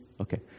okay